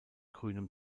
grünem